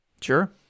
Sure